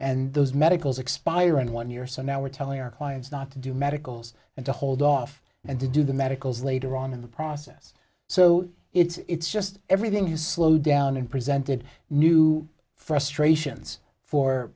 and those medicals expire in one year so now we're telling our clients not to do medicals and to hold off and to do the medicals later on in the process so it's just everything you slowed down and presented new frustrations for